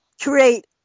create